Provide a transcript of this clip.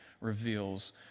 reveals